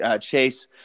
Chase